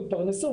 התפרנסו,